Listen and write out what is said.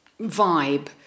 vibe